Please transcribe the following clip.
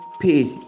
pay